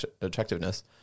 attractiveness